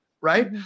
right